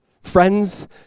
friends